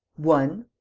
one.